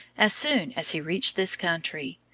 as soon as he reached this country,